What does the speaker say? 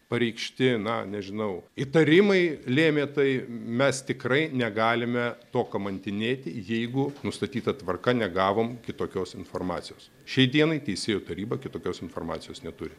pareikšti na nežinau įtarimai lėmė tai mes tikrai negalime to kamantinėti jeigu nustatyta tvarka negavome kitokios informacijos šiai dienai teisėjų taryba kitokios informacijos neturi